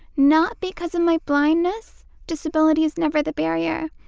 not because of my blindness, disability is never the barrier.